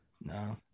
No